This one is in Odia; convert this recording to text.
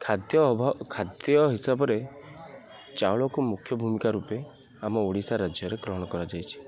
ଖାଦ୍ୟ ଅଭାବ ଖାଦ୍ୟ ହିସାବରେ ଚାଉଳକୁ ମୁଖ୍ୟ ଭୂମିକା ରୂପେ ଆମ ଓଡ଼ିଶା ରାଜ୍ୟରେ ଗ୍ରହଣ କରାଯାଇଛି